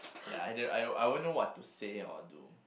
ya I think I won't I won't know what to say or do